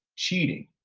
cheating,